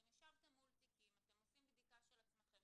אתם ישבתם מול תיקים, אתם עושים בדיקה של עצמכם.